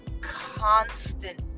constant